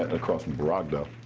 across from barack, though. oh.